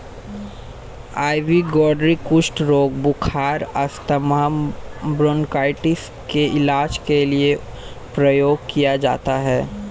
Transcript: ivy gourd कुष्ठ रोग, बुखार, अस्थमा, ब्रोंकाइटिस के इलाज के लिए प्रयोग किया जाता है